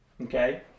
Okay